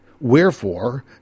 Wherefore